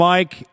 Mike